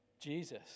Jesus